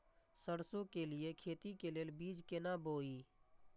सरसों के लिए खेती के लेल बीज केना बोई?